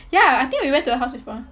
ya I think we went to her house before